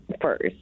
first